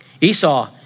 Esau